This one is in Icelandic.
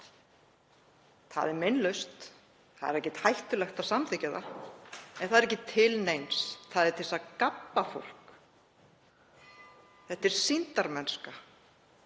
það er meinlaust, það er ekkert hættulegt að samþykkja það, en það er ekki til neins, það er til að gabba fólk. Þetta er sýndarmennska